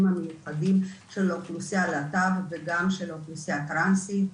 המיוחדים של האוכלוסיה הלהט"ב וגם של האוכלוסיה הטרנסית.